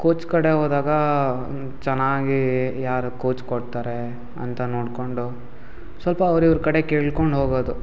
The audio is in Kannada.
ಕೋಚ್ ಕಡೆ ಹೋದಾಗ ಚೆನ್ನಾಗಿ ಯಾರು ಕೋಚ್ ಕೊಡ್ತಾರೆ ಅಂತ ನೋಡಿಕೊಂಡು ಸ್ವಲ್ಪ ಅವ್ರ ಇವ್ರ ಕಡೆ ಕೇಳ್ಕೊಂಡು ಹೋಗೋದು